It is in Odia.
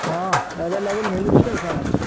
ହଁ ଆଭେଲେବୁଲ ମିଳୁଛି ଆଉ କ'ଣ ଅଛି